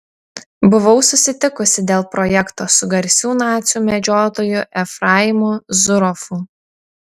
buvau susitikusi dėl projekto su garsiu nacių medžiotoju efraimu zuroffu